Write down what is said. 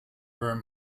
room